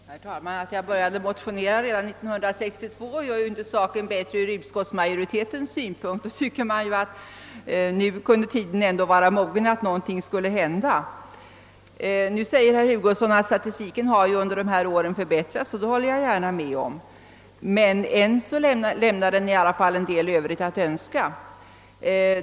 Herr talman! Att jag började motionera i denna fråga redan 1962 gör ju inte saken bättre ur utskottsmajoritetens synpunkt. Då tycker man att tiden nu ändå kunde vara mogen för att någonting skulle hända. Herr Hugosson säger att statistiken under dessa år har förbättrats och det håller jag gärna med om, men än lämnar den i alla fall en hel del övrigt att önska.